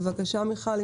בבקשה, מיכל.